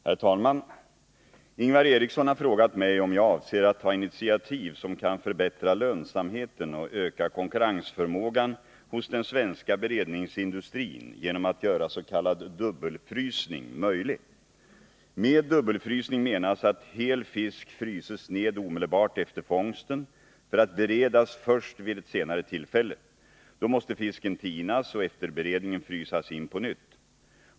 Herr talman! Ingvar Eriksson har frågat mig om jag avser att ta initiativ som kan förbättra lönsamheten och öka konkurrensförmågan hos den svenska beredningsindustrin genom att göra s.k. dubbelfrysning möjlig. Med dubbelfrysning menas att hel fisk fryses ned omedelbart efter fångsten för att beredas först vid ett senare tillfälle. Då måste fisken tinas och efter beredningen frysas in på nytt.